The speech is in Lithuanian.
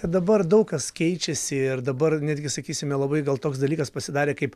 dabar daug kas keičiasi ir dabar netgi sakysime labai gal toks dalykas pasidarė kaip